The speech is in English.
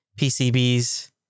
PCBs